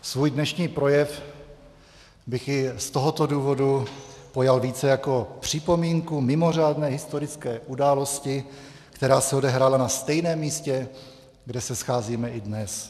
Svůj dnešní projev bych i z tohoto důvodu pojal více jako připomínku mimořádné historické události, která se odehrála na stejném místě, kde se scházíme i dnes.